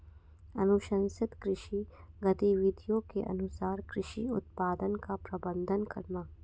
अनुशंसित कृषि गतिविधियों के अनुसार कृषि उत्पादन का प्रबंधन करना